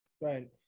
Right